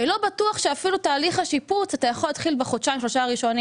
ולא בטוח שאתה יכול להתחיל את תהליך השיפוץ בחודשיים-שלושה הראשונים.